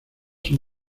son